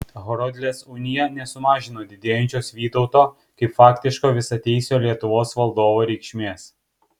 horodlės unija nesumažino didėjančios vytauto kaip faktiško visateisio lietuvos valdovo reikšmės